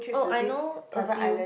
oh I know a few